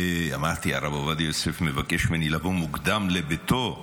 אמרתי: הרב עובדיה יוסף מבקש ממני לבוא מוקדם לביתו.